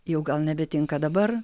jau gal nebetinka dabar